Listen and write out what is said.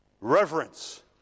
reverence